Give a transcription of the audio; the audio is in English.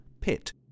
Pit